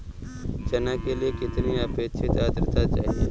चना के लिए कितनी आपेक्षिक आद्रता चाहिए?